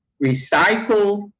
recycle,